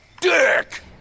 dick